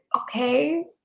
okay